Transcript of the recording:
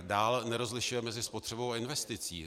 Dále nerozlišuje mezi spotřebou a investicí.